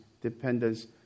dependence